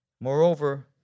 Moreover